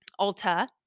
Ulta